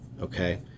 okay